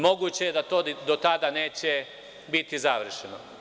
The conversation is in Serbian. Moguće je da do tada neće biti završeno.